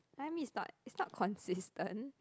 I mean it's not it's not consistent